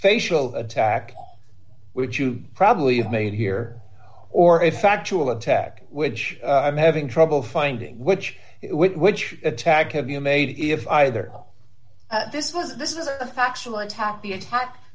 facial attack which you probably have made here or a factual attack which i'm having trouble finding which is which attack have you made if either this was this is a factual attack the attack